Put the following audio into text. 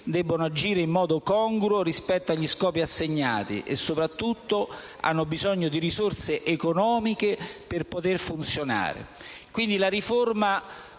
debbono agire in modo congruo rispetto agli scopi assegnati e, soprattutto, hanno bisogno di risorse economiche per poter funzionare.